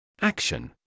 action